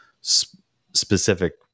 specific